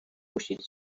گوشیت